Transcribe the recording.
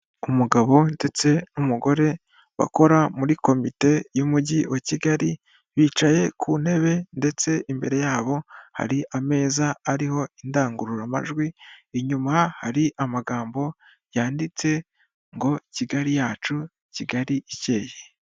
Umugabo ndetse n'umugore bakora muri komite y'umujyi wa Kigali, bicaye ku ntebe ndetse imbere yabo hari ameza ariho indangururamajwi, inyuma hari amagambo yanditse ngo "Kigali yacu, Kigali ikeye."